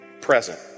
present